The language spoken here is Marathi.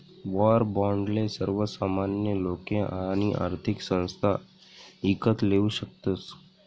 वाॅर बाॅन्डले सर्वसामान्य लोके आणि आर्थिक संस्था ईकत लेवू शकतस